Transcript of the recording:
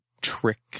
Trick